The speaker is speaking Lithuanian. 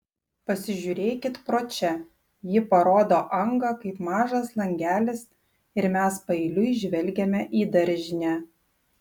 pasižiūrėkit pro čia ji parodo angą kaip mažas langelis ir mes paeiliui žvelgiame į daržinę